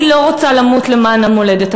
אני לא רוצה למות למען המולדת,